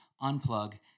unplug